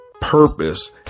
purpose